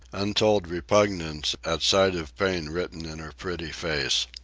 untold repugnance at sight of pain written in her pretty face.